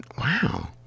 Wow